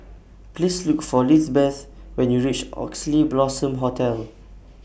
Please Look For Lizbeth when YOU REACH Oxley Blossom Hotel